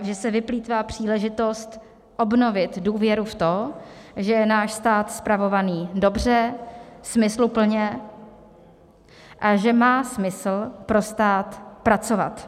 Že se vyplýtvá příležitost obnovit důvěru v to, že je náš stát spravovaný dobře, smysluplně a že má smysl pro stát pracovat.